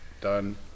Done